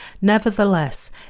Nevertheless